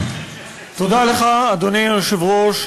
אדוני היושב-ראש,